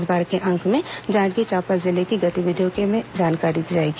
इस बार के अंक में जांजगीर चांपा जिले की गतिविधियों के बारे में जानकारी दी जाएगी